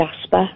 Jasper